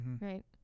right